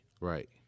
Right